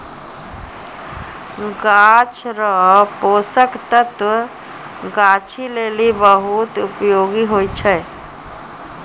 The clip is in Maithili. गाछ रो पोषक तत्व गाछी लेली बहुत उपयोगी हुवै छै